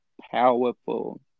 powerful